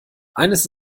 eines